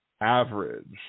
average